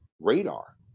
radar